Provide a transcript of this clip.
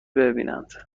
ببینند